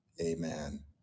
amen